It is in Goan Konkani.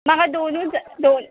म्हाका दोनूच दोन